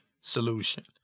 solution